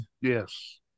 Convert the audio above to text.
yes